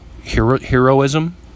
heroism